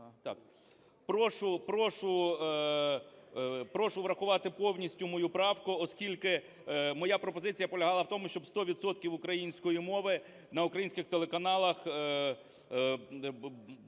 Прошу врахувати повністю мою правку, оскільки моя пропозиція полягала в тому, щоб сто відсотків української мови на українських телеканалах